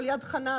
יד חנה,